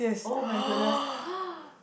[oh]-my-goodness